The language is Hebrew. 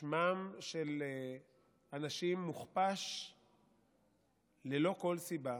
שמם של אנשים מוכפש ללא כל סיבה.